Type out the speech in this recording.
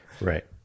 Right